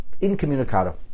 incommunicado